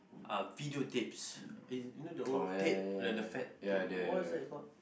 uh videotapes is you know the old tape the the fat tape wha~ what's that called